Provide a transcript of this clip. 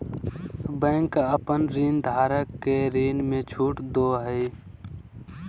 bank अपन ऋणधारक के ऋण में छुट दो हइ